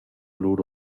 lur